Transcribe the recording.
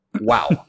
Wow